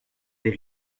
des